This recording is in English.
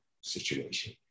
situation